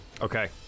Okay